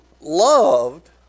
loved